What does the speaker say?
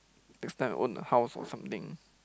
next time I own a house or something